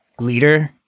leader